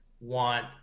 want